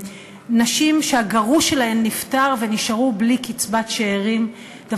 נשים שהגרוש שלהן נפטר והן נשארו בלי קצבת שאירים,